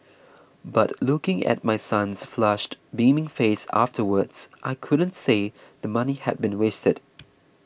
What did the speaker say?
but looking at my son's flushed beaming face afterwards I couldn't say the money had been wasted